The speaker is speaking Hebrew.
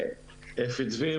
אני אפי דביר,